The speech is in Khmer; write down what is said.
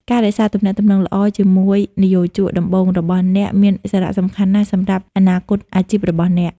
ការរក្សា ទំនាក់ទំនងល្អជាមួយនិយោជកដំបូង របស់អ្នកមានសារៈសំខាន់ណាស់សម្រាប់អនាគតអាជីពរបស់អ្នក។